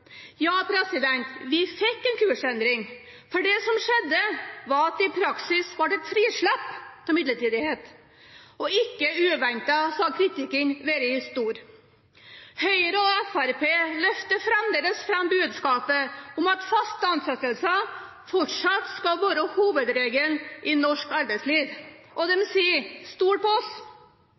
Ja, vi fikk en kursendring, for det som skjedde, var at det i praksis ble et frislipp av midlertidighet, og ikke uventet har kritikken vært sterk. Høyre og Fremskrittspartiet løfter fremdeles fram budskapet om at faste ansettelser fortsatt skal være hovedregelen i norsk arbeidsliv. De sier: Stol på oss.